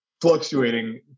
fluctuating